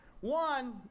One